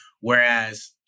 whereas